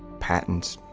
patents,